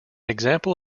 example